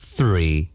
Three